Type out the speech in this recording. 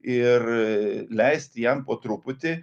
ir leisti jam po truputį